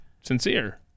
sincere